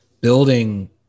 building